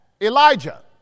Elijah